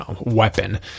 weapon